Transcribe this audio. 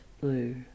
blue